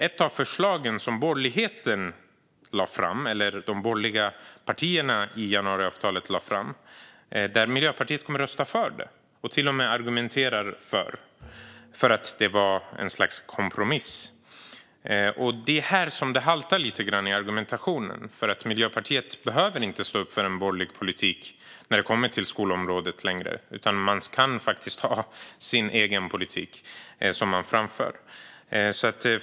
Ett av förslagen som de borgerliga partierna bakom januariavtalet lade fram kommer Miljöpartiet att rösta för, och man argumenterar till och med för att det var ett slags kompromiss. Det är här det haltar lite grann i argumentationen, för Miljöpartiet behöver inte längre stå upp för en borgerlig politik när det kommer till skolområdet. Man kan faktiskt ha och framföra en egen politik.